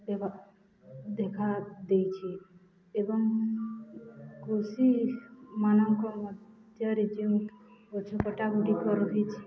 ବା ଦେଖା ଦେଇଛି ଏବଂ କୃଷିମାନଙ୍କ ମଧ୍ୟରେ ଯେଉଁ ଗଛକଟା ଗୁଡ଼ିକ ରହିଛି